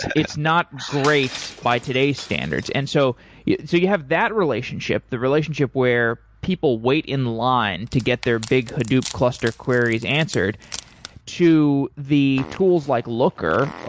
it's not great by today's standards. and so yeah so you have that relationship, the relationship where people wait in line to get their big hadoop cluster queries answered to the tools like looker,